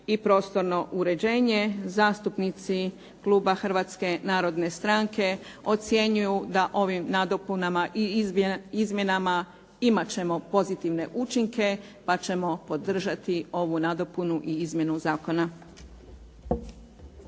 i prostorno uređenje, zastupnici kluba Hrvatske narodne stranke ocjenjuju da ovim nadopunama i izmjenama imati ćemo pozitivne učinke pa ćemo podržati ovu nadopunu i izmjenu zakona.